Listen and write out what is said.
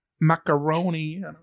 Macaroni